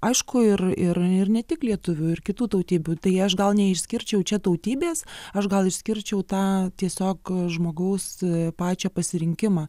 aišku ir ir ir ne tik lietuvių ir kitų tautybių tai aš gal neišskirčiau čia tautybės aš gal išskirčiau tą tiesiog žmogaus pačio pasirinkimą